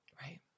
Right